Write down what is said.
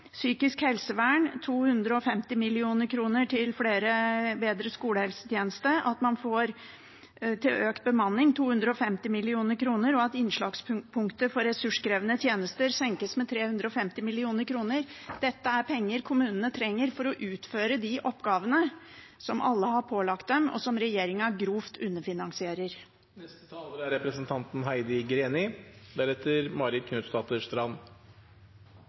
psykisk helsevern og 250 mill. kr til bedre skolehelsetjeneste, at man får 250 mill. kr til økt bemanning, og at innslagspunktet for ressurskrevende tjenester senkes med 350 mill. kr. Dette er penger kommunene trenger for å utføre de oppgavene som alle har pålagt dem, og som regjeringen grovt underfinansierer. Vi ser stadig nye brev fra lokalpolitikere, også fra Høyre, som slår fast at dette er